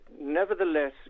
nevertheless